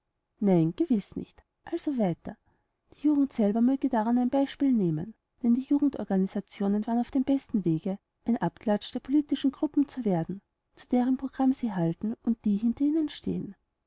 nein gewiß nicht also weiter die jugend selber möge daran ein beispiel nehmen denn die jugendorganisationen waren auf dem besten wege ein abklatsch der politischen gruppen zu werden zu deren programm sie halten und die hinter ihnen stehen